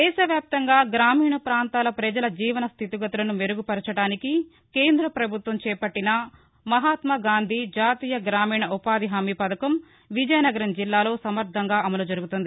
దేశవ్యాప్తంగా గ్రామీణ పాంతాల పజల జీవన స్లితిగతులను మెరుగు పరచడానికి కేంద్రప్రభుత్వం చేపట్టిన మహాత్మాగాంధీ జాతీయ గ్రామీణ ఉపాధి హామీ పథకం విజయనగరం జిల్లాలో సమర్థంగా అమలు జరుగుతోంది